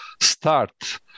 start